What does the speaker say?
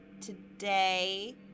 today